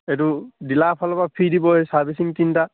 এইটো ডিলাৰৰ ফালৰপৰা ফ্ৰী দিব এই চাৰ্ভিচিং তিনিটা